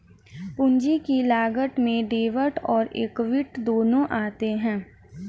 पूंजी की लागत में डेब्ट और एक्विट दोनों आते हैं